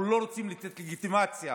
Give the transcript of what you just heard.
אנחנו לא רוצים לתת לגיטימציה